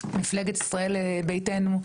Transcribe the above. מפלגת ישראל ביתנו,